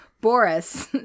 Boris